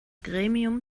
gremium